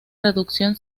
reducción